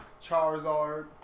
Charizard